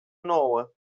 nouă